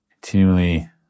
Continually